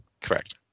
Correct